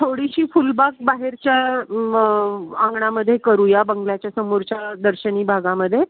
थोडीशी फुलबाग बाहेरच्या अंगणामध्ये करूया बंगल्याच्या समोरच्या दर्शनी भागामध्ये